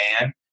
man